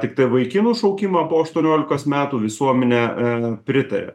tik tai vaikinų šaukimą po aštuoniolikos metų visuomenė e pritaria